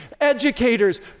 educators